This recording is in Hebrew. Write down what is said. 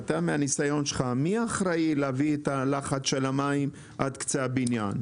מי אחראי להביא את לחץ המים עד לקצה הבניין?